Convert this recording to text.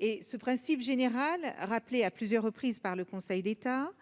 et ce principe général rappelé à plusieurs reprises par le Conseil d'État.